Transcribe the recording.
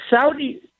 Saudi